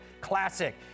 Classic